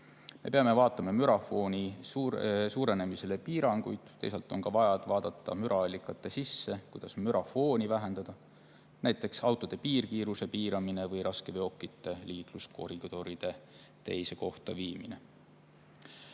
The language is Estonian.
Me peame vaatame mürafooni suurenemisele piiranguid, teisalt on vaja vaadata müraallikate sisse, kuidas mürafooni vähendada, näiteks autode piirkiirust piirata või raskeveokite liikluskoridore teise kohta viia.